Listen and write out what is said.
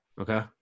Okay